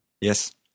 Yes